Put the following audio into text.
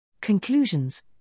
Conclusions